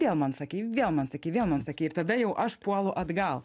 vėl man sakei vėl man sakei vėl man sakei ir tada jau aš puolu atgal